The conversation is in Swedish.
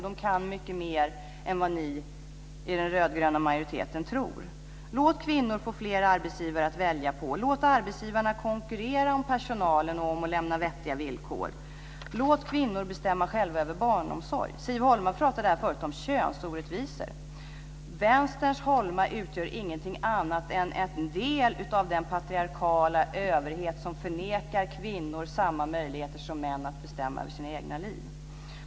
De kan mycket mer än vad ni i den rödgröna majoriteten tror. Låt kvinnor få fler arbetsgivare att välja på. Låt arbetsgivarna konkurrera om personalen genom att lämna vettiga villkor. Låt kvinnor bestämma själva över barnomsorg. Siv Holma pratade förut om könsorättvisor. Vänsterns Holma utgör ingenting annat än en del av den patriarkala överhet som förnekar kvinnor samma möjligheter som män att bestämma över sina egna liv.